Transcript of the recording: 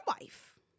wife